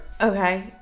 Okay